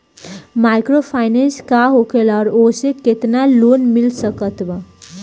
Microfinance का होखेला और ओसे केतना लोन मिल सकत बा?